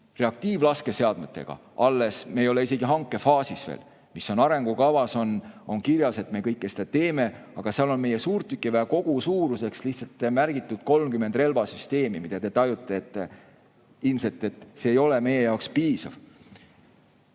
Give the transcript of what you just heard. reaktiivlaskeseadmetega me ei ole isegi hankefaasis mitte. Arengukavas on kirjas, et me kõike seda teeme, aga seal on meie suurtükiväe kogusuuruseks lihtsalt märgitud 30 relvasüsteemi. Te ehk tajute, et ilmselt see ei ole meie jaoks piisav.